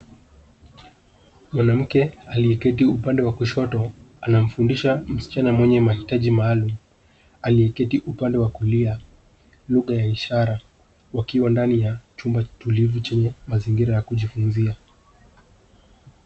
Mwanamke aliyeketi upande wa kushoto anamfundisha msichana mwenye mahitaji maalumu, aliyeketi upande wa kulia, lugha ya ishara. Wakiwa ndani ya chumba tulivu chenye mazingira ya kujifunzia.